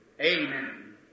Amen